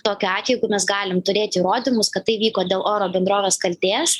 tokiu atveju jeigu mes galim turėti įrodymus kad tai vyko dėl oro bendrovės kaltės